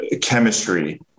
chemistry